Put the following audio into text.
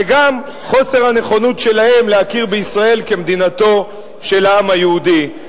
וגם חוסר הנכונות שלהם להכיר בישראל כמדינתו של העם היהודי.